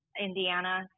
Indiana